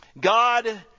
God